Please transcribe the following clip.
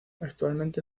actualmente